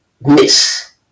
miss